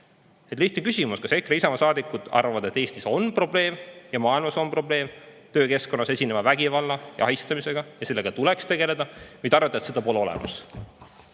Lihtne küsimus: kas EKRE ja Isamaa saadikud arvavad, et Eestis on probleem ja maailmas on probleem töökeskkonnas esineva vägivalla ja ahistamisega ja sellega tuleks tegeleda, või te arvate, et seda pole olemas?